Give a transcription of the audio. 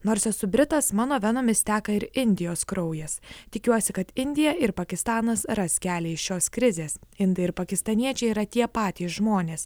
nors esu britas mano venomis teka ir indijos kraujas tikiuosi kad indija ir pakistanas ras kelią į šios krizės indai ir pakistaniečiai yra tie patys žmonės